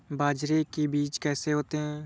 बाजरे के बीज कैसे होते हैं?